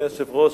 אדוני היושב-ראש,